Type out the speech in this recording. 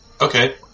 Okay